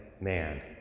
man